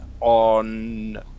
on